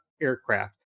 aircraft